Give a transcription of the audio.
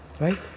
right